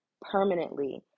permanently